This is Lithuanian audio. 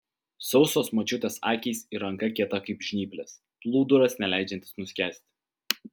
sausos močiutės akys ir ranka kieta kaip žnyplės plūduras neleidžiantis nuskęsti